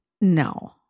No